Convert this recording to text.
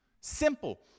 Simple